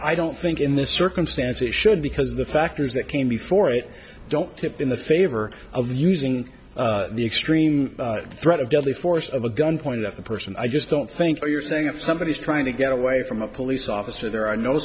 i don't think in this circumstance it should because the factors that came before it don't tip in the favor of using the extreme threat of deadly force of a gun pointed at the person i just don't think you're saying if somebody is trying to get away from a police officer there are no